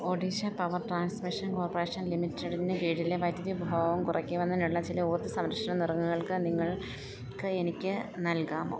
Odisha power transmission corporation ലിമിറ്റഡിന് കീഴിലെ വൈദ്യുതി ഉപഭോഗം കുറയ്ക്കുന്നതിനുള്ള ചില ഊർജ്ജ സംരക്ഷണ നുറുങ്ങുകൾ നിങ്ങൾക്ക് എനിക്ക് നൽകാമോ